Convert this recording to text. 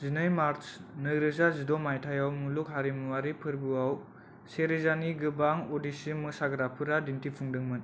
जिनै मार्च नैरोजा जिद' मायथाइयाव मुलुग हारिमुवारि फोरबोआव सेरोजानि गोबां अडिसी मोसाग्राफोरा दिन्थिफुंदोंमोन